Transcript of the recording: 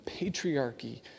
patriarchy